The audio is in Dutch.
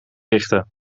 richten